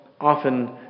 often